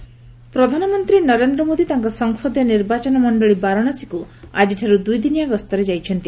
PM Varanasi ପ୍ରଧାନମନ୍ତ୍ରୀ ନରେନ୍ଦ୍ର ମୋଦି ତାଙ୍କ ସଂସଦୀୟ ନିର୍ବାଚନ ମଣ୍ଡଳି ବାରାଣସୀକୁ ଆଜିଠାରୁ ଦୁଇଦିନିଆ ଗସ୍ତରେ ଯାଇଛନ୍ତି